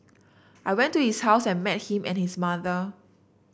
I went to his house and met him and his mother